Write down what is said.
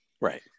Right